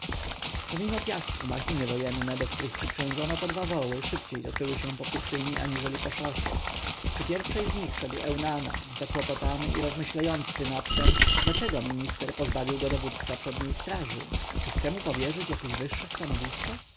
pomimo piasku machiny wojenne do których przyprzężono po dwa woły szybciej toczyły się po pustyni aniżeli po szosie przy pierwszej z nich szedł eunana zakłopotany i rozmyślający nad tem dlaczego minister pozbawił go dowództwa przedniej straży czy chcą mu powierzyć jakieś wyższe stanowisko